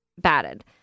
batted